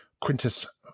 Quintus